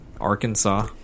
arkansas